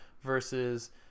versus